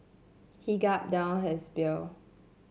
he gulped down his beer